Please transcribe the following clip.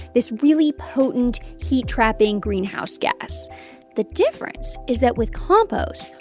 this really potent, heat-trapping greenhouse gas the difference is that with compost,